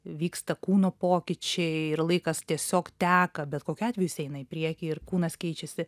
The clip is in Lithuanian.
vyksta kūno pokyčiai ir laikas tiesiog teka bet kokiu atveju jis eina į priekį ir kūnas keičiasi